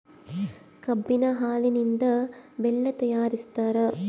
ಕಬ್ಬಿನ ಹಾಲಿನಿಂದ ಬೆಲ್ಲ ತಯಾರಿಸ್ತಾರ